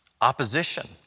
opposition